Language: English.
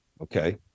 Okay